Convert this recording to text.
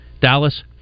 Dallas